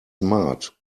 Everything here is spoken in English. smart